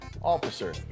officer